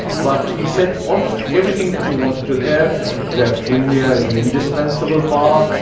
but he said almost everything that you wanted to hear that india is an indispensible power,